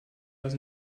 was